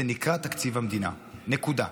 זה נקרא תקציב המדינה, נקודה.